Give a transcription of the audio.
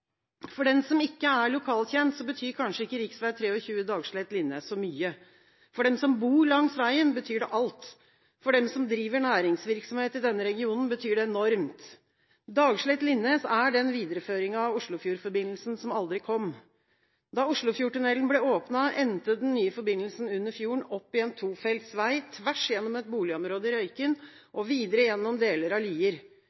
lokalkjent, betyr kanskje ikke rv. 23 Dagslett – Linnes så mye. For dem som bor langs veien, betyr det alt. For dem som driver næringsvirksomhet i denne regionen, betyr det enormt. Dagslett – Linnes er videreføringa av Oslofjordforbindelsen som aldri kom. Da Oslofjordtunnelen ble åpnet, endte den nye forbindelsen under fjorden opp i en tofelts vei, tvers gjennom et boligområde i Røyken og videre gjennom deler av Lier. Veien er